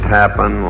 happen